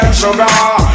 sugar